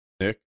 nick